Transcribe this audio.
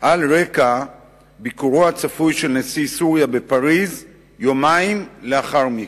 על רקע ביקורו הצפוי של נשיא סוריה בפריס יומיים לאחר מכן.